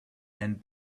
and